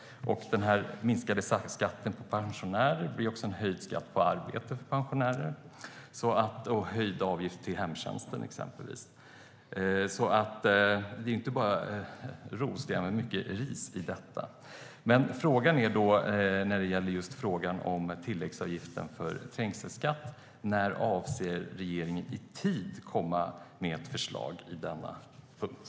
Den sänkta skatten för pensionärer blir också en höjd skatt på arbete för pensionärer och exempelvis höjda avgifter för hemtjänst. Det är alltså inte bara ros utan också mycket ris i detta. När det gäller just tilläggsavgiften för trängselskatt är frågan: När i tid avser regeringen att komma med ett förslag rörande detta?